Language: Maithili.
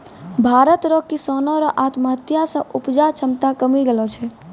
भारत रो किसानो रो आत्महत्या से उपजा क्षमता कमी गेलो छै